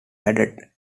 added